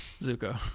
Zuko